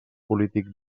polític